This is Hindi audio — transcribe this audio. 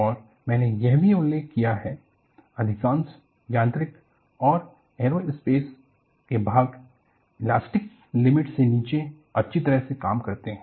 और मैंने यह भी उल्लेख किया है अधिकांश यांत्रिक और एयरोस्पेस के भाग इलास्टिक लिमिट से नीचे अच्छी तरह से काम करते हैं